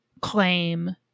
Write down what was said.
claim